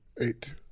Eight